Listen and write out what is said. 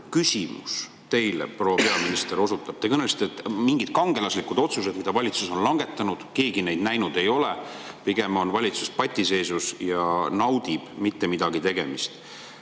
küsimus teile, proua peaminister. Te kõnelesite mingitest kangelaslikest otsustest, mille valitsus on langetanud. Keegi neid näinud ei ole, pigem on valitsus patiseisus ja naudib mittemidagitegemist.